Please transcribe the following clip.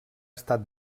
estat